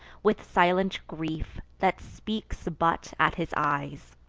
with silent grief, that speaks but at his eyes.